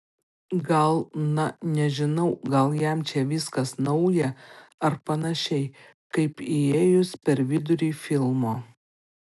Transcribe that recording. gal na nežinau gal jam čia viskas nauja ar panašiai kaip įėjus per vidurį filmo